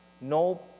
No